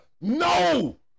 no